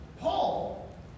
Paul